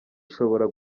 ishobora